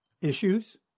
issues